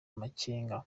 amakenga